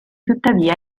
tuttavia